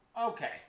Okay